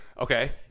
Okay